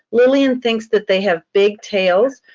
lilian thinks that they have big tails.